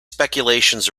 speculations